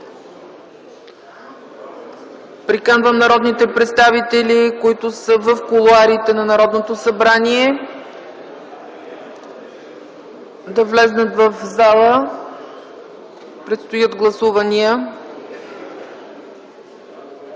Приканвам народните представители, които са в кулоарите на Народното събрание, да влязат в залата – предстоят гласувания.